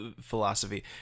philosophy